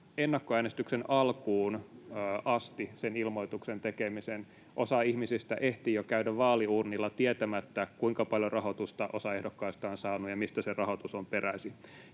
ennakkoäänestyksen alkuun asti sen ilmoituksen tekemisen. Osa ihmisistä ehtii jo käydä vaaliuurnilla tietämättä, kuinka paljon rahoitusta osa ehdokkaista on saanut ja mistä se rahoitus on peräisin.